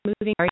moving